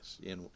Yes